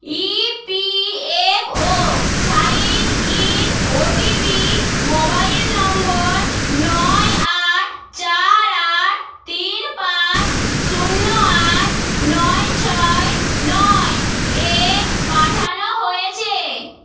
EPFO sign in OTP mobile number নয় আট চার আট তিন পাঁচ শূন্য আট নয় ছয় নয় এ পাঠানো হয়েছে